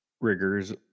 riggers